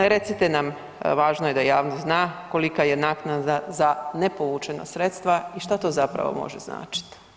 Recite nam, važno je da javnost zna, kolika je naknada za nepovučena sredstva i što to zapravo može značiti.